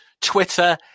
Twitter